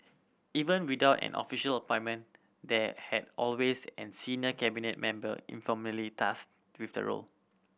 even without an official appointment there had always an senior Cabinet member informally tasked with the role